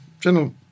General